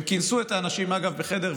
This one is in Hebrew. הם כינסו את אנשים, אגב, בחדר,